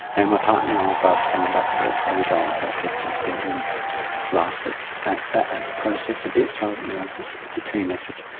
and my partner and i both signed up for it so we go off and for our testing together and laugh at at that process a bit, so it's a team effort.